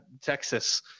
Texas